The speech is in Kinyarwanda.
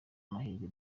mahirwe